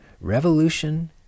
revolution